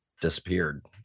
disappeared